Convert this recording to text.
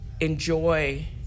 enjoy